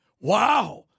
Wow